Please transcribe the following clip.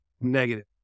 negative